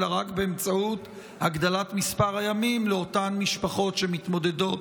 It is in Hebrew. אלא רק באמצעות הגדלת מספר הימים לאותן משפחות שמתמודדות